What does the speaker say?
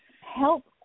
help